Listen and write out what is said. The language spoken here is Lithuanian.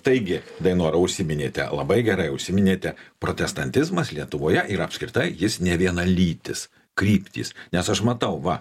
taigi dainora užsiminėte labai gerai užsiminėte protestantizmas lietuvoje ir apskritai jis nevienalytis kryptys nes aš matau va